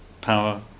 power